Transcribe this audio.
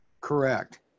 Correct